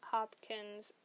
Hopkins